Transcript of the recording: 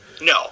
No